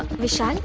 vishal,